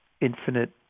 infinite